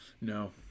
No